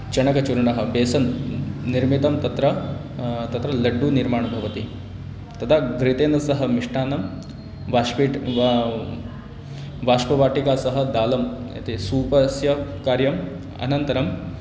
चणकचुर्णः बेसन् निर्मितं तत्र तत्र लड्डु निर्माणं भवति तदा घृतेन सह मिष्टान्नं वाष्पेट् वा वाष्पवाटिका सह दालम् इति सूपस्य कार्यम् अनन्तरम्